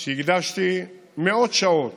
שהקדשתי מאות שעות